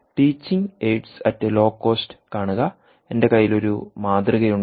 teaching aids at low cost കാണുക എന്റെ കൈയിൽ ഒരു മാതൃക ഉണ്ട്